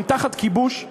הן תחת כיבוש?